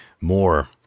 more